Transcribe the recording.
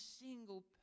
single